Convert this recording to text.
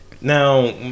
now